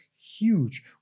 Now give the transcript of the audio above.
huge